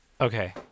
okay